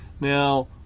Now